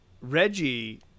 reggie